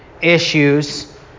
issues